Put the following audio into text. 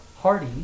hardy